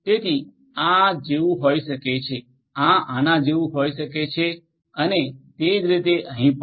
તેથી આ જેવું હોઈ શકે છે આ આના જેવું હોઈ શકે છે અને તે જ રીતે અહીં પણ